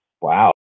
Wow